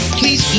please